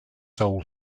soul